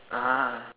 (uh huh)